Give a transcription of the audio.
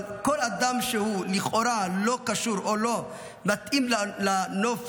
אבל כל אדם שלכאורה לא קשור או לא מתאים לנוף